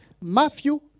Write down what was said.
Matthew